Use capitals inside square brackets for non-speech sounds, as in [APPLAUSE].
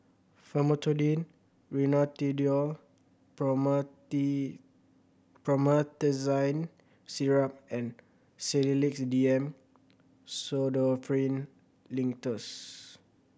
Famotidine Rhinathiol [UNINTELLIGIBLE] Promethazine Syrup and Sedilix D M Pseudoephrine Linctus